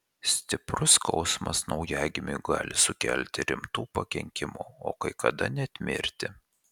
stiprus skausmas naujagimiui gali sukelti rimtų pakenkimų o kai kada net mirtį